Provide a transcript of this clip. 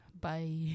Bye